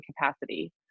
capacity